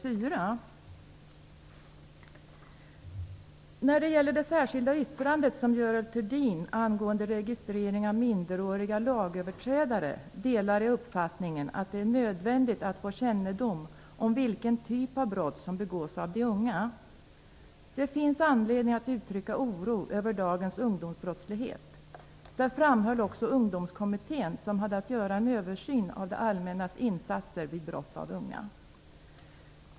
Jag delar uppfattningen i det särskilda yttrandet av Görel Thurdin angående registrering av minderåriga lagöverträdare. Det är nödvändigt att få kännedom om vilken typ av brott som begås av de unga. Det finns anledning att uttrycka oro över dagens ungdomsbrottslighet. Det framhöll också Ungdomskommittén som hade att göra en översyn av det allmännas insatser vid brott som begås av unga.